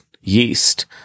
yeast